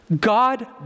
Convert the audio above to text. God